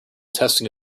testing